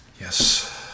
Yes